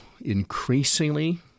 increasingly